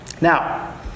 Now